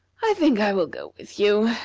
i think i will go with you.